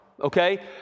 okay